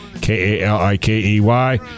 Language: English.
K-A-L-I-K-E-Y